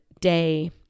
day